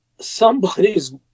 Somebody's